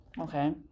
Okay